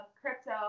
crypto